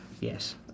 Yes